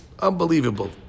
Unbelievable